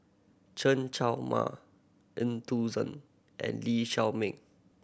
Chen Show Mao Eu Tong Sen and Lee Shao Meng